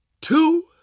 two